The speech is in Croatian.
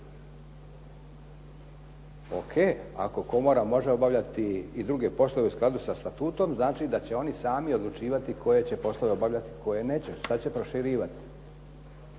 Ok, ako komora može obavljati i druge poslove u skladu sa statutom znači da će oni sami odlučivati koje će poslove obavljati, koje neće, šta će proširivati,